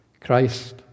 Christ